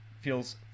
feels